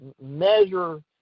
measure